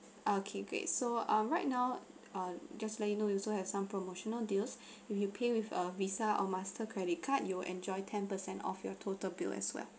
okay great so um right now err just let you know we also have some promotional deals when you pay with a visa or master credit card you will enjoy ten percent off your total bill as well